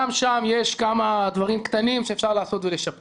גם שם יש כמה דברים קטנים שאפשר לעשות ולשפר